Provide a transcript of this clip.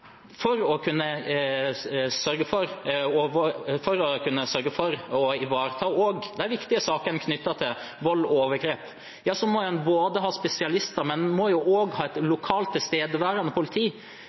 For å sørge for å kunne ivareta også de viktige sakene knyttet til vold og overgrep må en ha både spesialister og et lokalt tilstedeværende politi. Det er den kombinasjonen en må